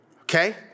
okay